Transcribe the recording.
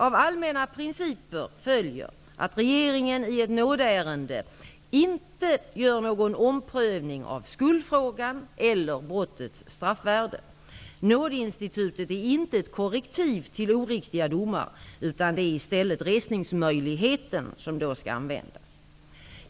Av allmänna principer följer att regeringen i ett nådeärende inte gör någon omprövning av skuldfrågan eller brottets straffvärde. Nådeinstitutet är inte ett korrektiv till oriktiga domar. Det är i stället resningsmöjligheten som då skall användas.